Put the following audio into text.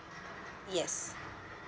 yes